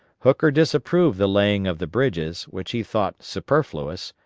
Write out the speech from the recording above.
hooker disapproved the laying of the bridges, which he thought superfluous,